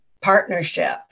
partnership